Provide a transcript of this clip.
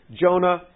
Jonah